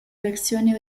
versione